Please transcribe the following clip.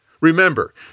Remember